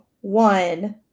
one